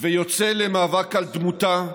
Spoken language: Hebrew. ויוצא למאבק על דמותה,